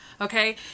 okay